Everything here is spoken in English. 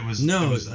No